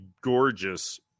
gorgeous